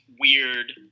weird